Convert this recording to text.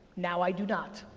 now i do not.